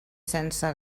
sense